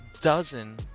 dozen